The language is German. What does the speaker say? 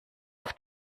auf